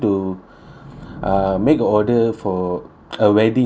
uh made order for a wedding actually